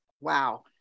Wow